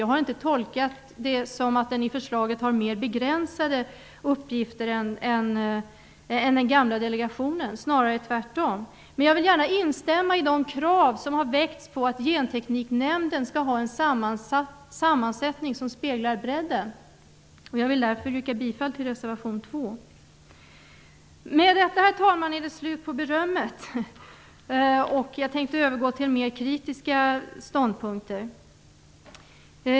Jag har inte tolkat förslaget så, att nämnden har mer begränsade uppgifter än den gamla delegationen -- snarare tvärtom. Men jag vill gärna instämma i de krav som har väckts på att Gentekniknämnden skall ha en sammansättning som speglar bredden. Jag vill därför yrka bifall till reservation 2. Med detta, herr talman, är det slut på berömmet. Jag tänker övergå till mer kritiska ståndpunkter.